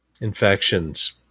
infections